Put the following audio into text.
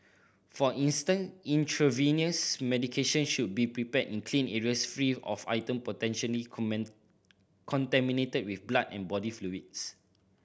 for instance intravenous medication should be prepared in clean areas free of item potentially common contaminated with blood and body fluids